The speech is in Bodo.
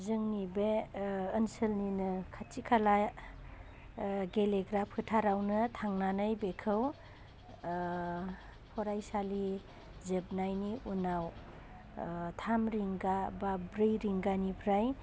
जोंनि बे ओनसोलनिनो खाथि खाला गेलेग्रा फोथारावनो थांनानै बेखौ फरायसालि जोबनायनि उनाव थाम रिंगा बा ब्रै रिंगानिफ्राइ